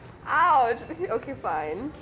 !ouch! okay okay fine